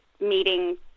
meeting